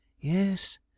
Yes